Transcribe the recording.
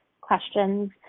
questions